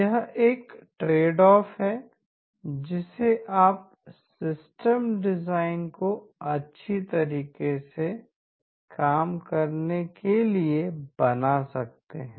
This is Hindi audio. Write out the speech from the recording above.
यह एक ट्रेड ऑफ है जिसे आप सिस्टम डिज़ाइन को अच्छी तरह से काम करने के लिए बना सकते हैं